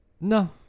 No